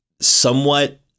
somewhat